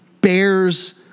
bears